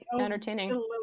entertaining